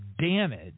damage